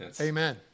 Amen